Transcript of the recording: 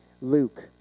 Luke